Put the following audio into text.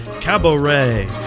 cabaret